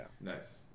nice